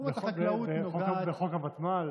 בחוק הוותמ"ל.